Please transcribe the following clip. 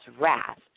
wrath